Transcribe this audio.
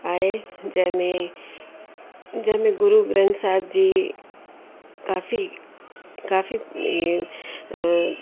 आहे जंहिंमें जंहिंमें गुरुग्रंथ साहिब जी काफ़ी काफ़ी इहे